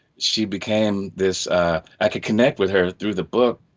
she became this i could connect with her through the book